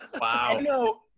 Wow